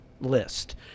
list